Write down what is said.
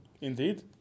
Indeed